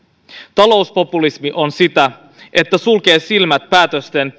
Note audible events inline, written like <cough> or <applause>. talouspopulismi on sitä että sulkee silmät päätösten <unintelligible>